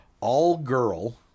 All-girl